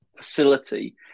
facility